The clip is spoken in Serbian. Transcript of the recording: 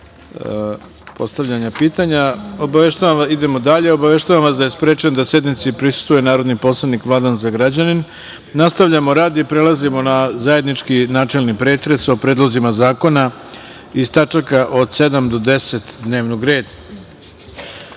idemo dalje. Obaveštavam vas da je sprečen da sednici prisustvuje narodni poslanik Vladan Zagrađanin. Nastavljamo rad i prelazimo na zajednički načelni pretres o predlozima zakona iz tačaka od 7. do 10. dnevnog